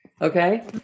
Okay